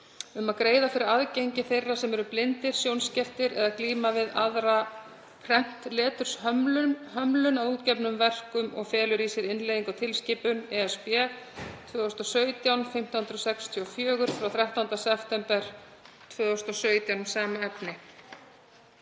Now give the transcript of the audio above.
um að greiða fyrir aðgengi þeirra sem eru blindir, sjónskertir eða glíma við aðra prentleturshömlun að útgefnum verkum. Það felur í sér innleiðingu á tilskipun (ESB) 2017/1564 frá 13. september 2017 um sama efni.